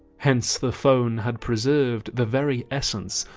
hence the phone had preserved the very essence,